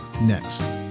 Next